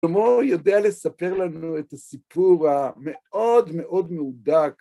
הומור יודע לספר לנו את הסיפור המאוד מאוד מהודק.